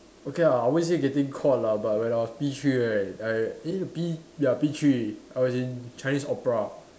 okay ah I won't say getting caught lah but when I was P three right I eh P ya P three I was in Chinese opera